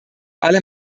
alle